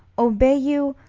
obey you,